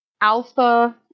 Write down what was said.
alpha